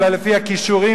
אלא לפי הכישורים,